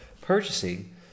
purchasing